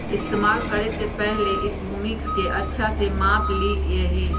इस्तेमाल करे से पहले इस भूमि के अच्छा से माप ली यहीं